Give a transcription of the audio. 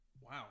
Wow